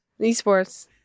Esports